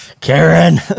Karen